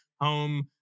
Home